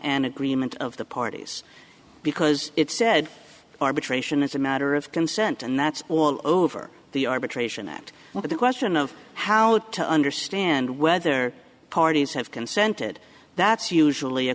an agreement of the parties because it said arbitration is a matter of consent and that's all over the arbitration act where the question of how to understand whether parties have consented that's usually a